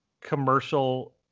commercial